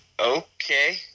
okay